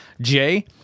Jay